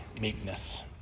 meekness